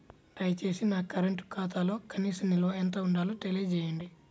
దయచేసి నా కరెంటు ఖాతాలో కనీస నిల్వ ఎంత ఉండాలో తెలియజేయండి